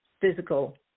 physical